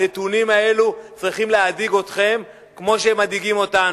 הנתונים האלה צריכים להדאיג אתכם כמו שהם מדאיגים אותנו.